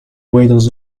waddles